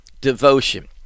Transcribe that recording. devotion